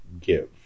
give